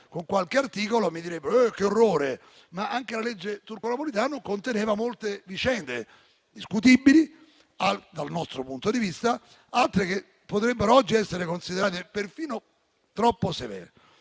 con qualche articolo. Mi direbbero: «Eh, che orrore!». Ma anche la legge Turco-Napolitano conteneva molte vicende discutibili, dal nostro punto di vista, e altre che potrebbero oggi essere considerate perfino troppo severe.